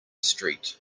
street